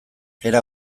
era